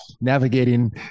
navigating